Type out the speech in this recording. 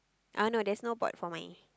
uh no there's no pot for mine